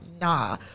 nah